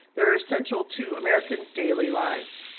they're essential to american's daily lives.